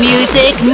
Music